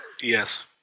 Yes